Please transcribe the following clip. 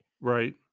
Right